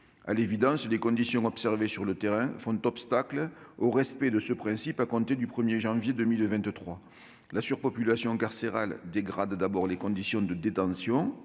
À l'évidence, les conditions observées sur le terrain font obstacle au respect de ce principe à compter du 1 janvier 2023. La surpopulation carcérale dégrade tout d'abord les conditions de détention